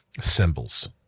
symbols